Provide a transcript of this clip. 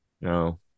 No